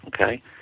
Okay